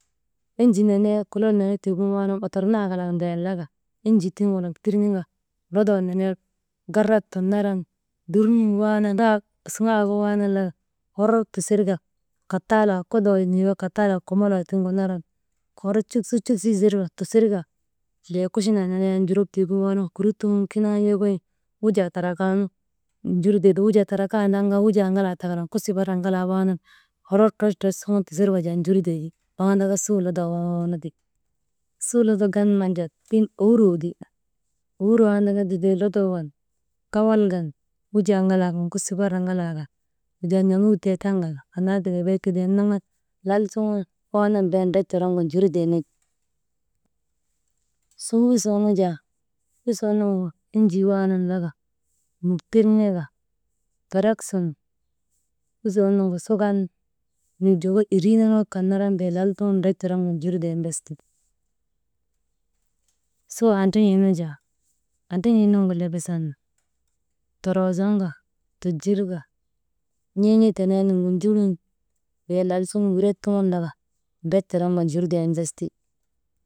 Enjii nenee kolol nenek tiigin waanan otornaayek kalak ndayan laka enjii tiŋ walak tirŋeka lodoo nenee garat tun naran, durnun waanan, siŋaagin waanan laka, hor tusirka, kataalaa, kodoo nuyoo kataalaakomoloo tiŋgu naran hor tik su, cuk su zirka tusirka bee kuchinek nenek yak njurok tiigu waanan kurut tuŋun kiniŋan yokoyin, wujaa tandrakan njurtee, wujaa tandrakandaa kaa takalan, kusirbar ŋalaa waanan hor troch, troch suŋun tusir ka jaa njurtee ti, waŋ andaka suu lodoo worŋoonu ti. Suu lodoo gan nun nan jaa tiŋ owuroo ti, owuroo andaka, dedee lodoo kan, kawal kan, wujaa ŋalaa kan kawal ŋalaa kan, wujaa n̰amuk dee taŋ kan annnaa tika bee kidiyan naŋan lal suŋun, waanan bee ndrek toroŋka njurten ti. Suu usoo nu jaa, usoo nuŋu enjii waanan laka, muk tirŋeka, ferek sun usoo nuŋgu sukan, n̰uk joko erii norŋak kan naran bee lal suŋ drek toroŋka njurten ti. Suu andran̰ii nu jaa, andrin̰ii nuŋgu lebesan toroo zoŋka tojir ka n̰iin̰ii teneenuŋgu ndiŋin wey lal suŋgun wiret suŋun laka drek toroŋka njurten bes ti.